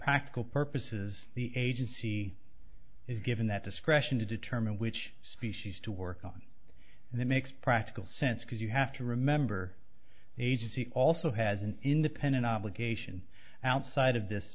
practical purposes the agency is given that discretion to determine which species to work on and that makes practical sense because you have to remember the agency also has an independent obligation outside of this